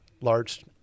large